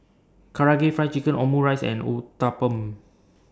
Karaage Fried Chicken Omurice and Uthapam